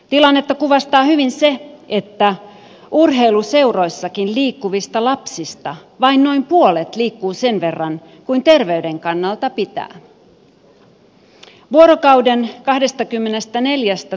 tilannetta kuvastaa hyvin se että urheiluseuroissakin liikkuvista lapsista vain noin puolet liikkuu sen verran kuin terveyden kannalta pitää